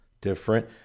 different